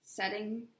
Setting